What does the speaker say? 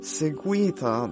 seguita